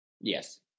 Yes